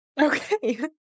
okay